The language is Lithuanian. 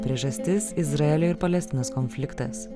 priežastis izraelio ir palestinos konfliktas